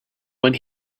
when